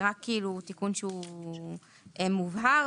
זה תיקון שמבהיר.